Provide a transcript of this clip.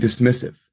dismissive